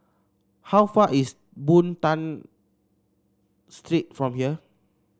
how far is Boon Tat Street from here